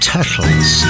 Turtles